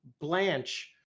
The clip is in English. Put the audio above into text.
Blanche